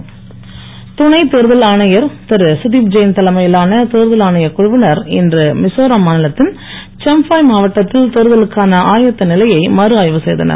மிசோரம் துணைத் தேர்தல் ஆணையர் திரு கதீப் ஜெயின் தலைமையிலான தேர்தல் ஆணையக் குழுவினர் இன்று மிசோரம் மாநிலத்தின் சம்பாய் மாவட்டத்தில் தேர்தலுக்கான ஆயத்த நிலையை மறுஆய்வு செய்தனர்